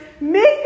Make